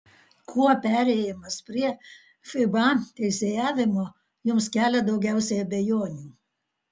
kuo perėjimas prie fiba teisėjavimo jus kelia daugiausiai abejonių